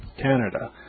Canada